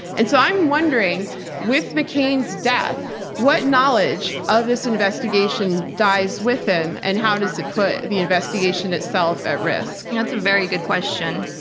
and so i'm wondering with mccain's death, what knowledge of this investigation dies with him, and how does it put the investigation itself at risk. that's a very good question.